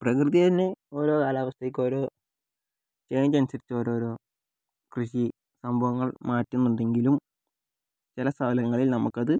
പ്രകൃതി തന്നെ ഓരോ കാലാവസ്ഥയ്ക്ക് ഓരോ ചെയിഞ്ച് അനുസരിച്ച് ഓരോരോ കൃഷി സംഭവങ്ങൾ മാറ്റുന്നുണ്ടെങ്കിലും ചില സ്ഥലങ്ങളിൽ നമുക്കത്